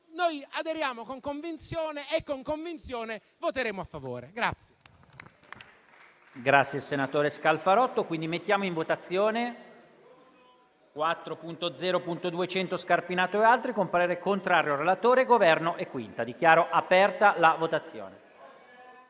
aderiamo con convinzione e con convinzione voteremo a favore.